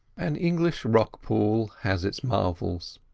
an english rock-pool has its marvels.